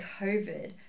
COVID